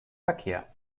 verkehr